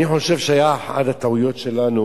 אני חושב שאחת הטעויות שלנו